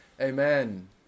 Amen